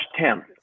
10th